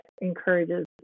encourages